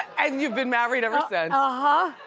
and you've been married ever since. and